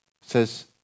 says